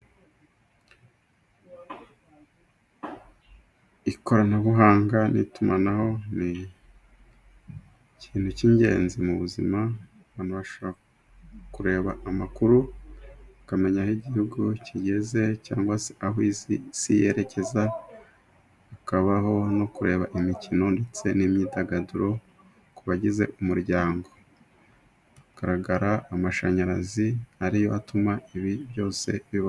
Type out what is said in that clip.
Ikoranabuhanga n'itumanaho ni ikintu k'ingenzi mu buzima abantu bashobora kureba amakuru, ukamenya aho igihugu kigeze cyangwa se aho isi isi yerekeza, hakabaho no kureba imikino ndetse n'imyidagaduro ku bagize umuryango, hagaragara amashanyarazi ariyo atuma ibi byose bibaho.